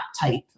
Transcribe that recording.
type